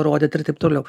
rodyt ir taip toliau